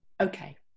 okay